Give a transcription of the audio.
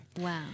Wow